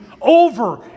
over